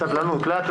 תודה.